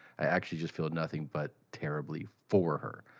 i actually just feel nothing but terribly for her.